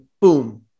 boom